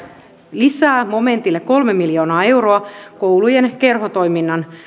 lisää momentille kolme miljoonaa euroa koulujen kerhotoiminnan